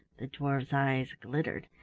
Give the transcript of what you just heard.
the dwarfs' eyes glittered,